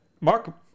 Mark